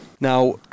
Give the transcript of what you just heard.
Now